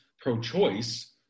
pro-choice